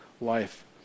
life